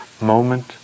moment